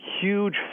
huge